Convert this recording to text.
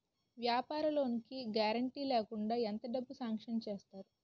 వ్యాపార లోన్ కి గారంటే లేకుండా ఎంత డబ్బులు సాంక్షన్ చేస్తారు?